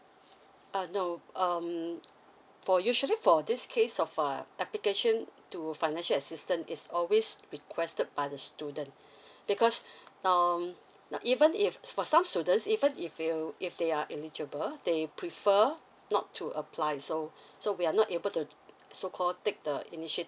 ah no um for usually for this case of uh application to financial assistance is always requested by the student because um even if for some students even if you if they are eligible they prefer not to apply so so we are not able to so call take the initiative